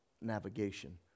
Navigation